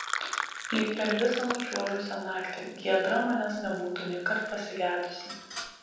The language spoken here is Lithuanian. lyg per visą nučiuožusią naktį giedra manęs nebūtų nėkart pasigedusi